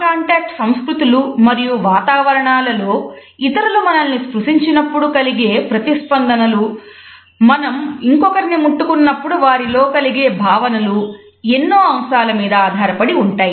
contact సంస్కృతులు మరియు వాతావరణాలలో ఇతరులు మనల్ని స్ప్రుశించినప్పుడు కలిగే ప్రతిస్పందనలు మనం ఇంకొకరిని ముట్టుకున్నప్పుడు వారిలో కలిగే భావనలు ఎన్నో అంశాల మీద ఆధారపడి ఉంటాయి